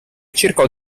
cercò